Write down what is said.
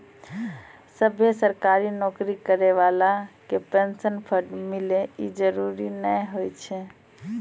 सभ्भे सरकारी नौकरी करै बाला के पेंशन फंड मिले इ जरुरी नै होय छै